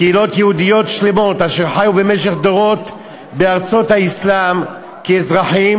קהילות יהודיות שלמות אשר חיו במשך דורות בארצות האסלאם כאזרחים